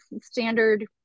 standard